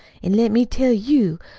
an' let me tell you.